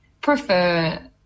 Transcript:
prefer